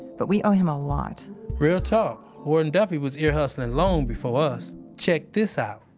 but we owe him a lot real talk. warden duffy was ear hustling long before us check this out